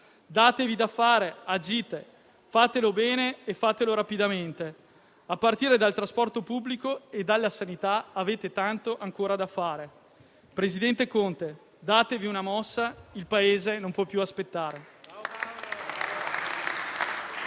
Datevi da fare, agite e fatelo bene e rapidamente. A partire dal trasporto pubblico e dalla sanità, avete tanto ancora da fare. Signor presidente Conte, datevi una mossa: il Paese non può più aspettare.